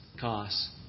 costs